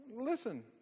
Listen